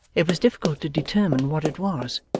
it was difficult to determine what it was.